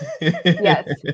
Yes